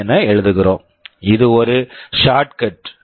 5 என எழுதுகிறோம் இது ஒரு ஷார்ட்கட் shortcut